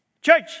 Church